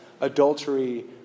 adultery